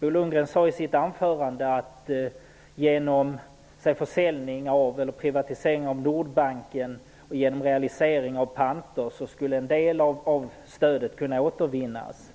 Bo Lundgren sade i sitt anförande att privatiseringen av Nordbanken och realiseringen av panter skulle innebära att en del av stödet skulle kunna återvinnas.